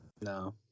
No